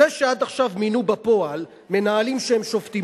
זה שעד עכשיו מינו בפועל מנהלים שהם שופטים